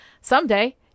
someday